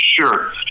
Sure